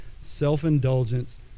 self-indulgence